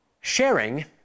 sharing